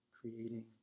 creating